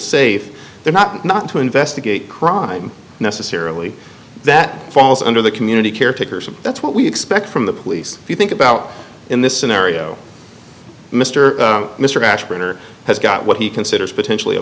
safe they're not not to investigate crime necessarily that falls under the community care takers and that's what we expect from the police if you think about in this scenario mr mr ashburn or has got what he considers potentially a